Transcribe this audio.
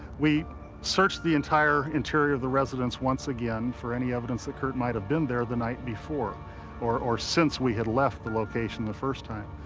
we searched the entire interior of the residence once again for any evidence that kurt might have been there the night before or or since we had left the location the first time.